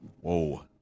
Whoa